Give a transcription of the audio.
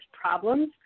problems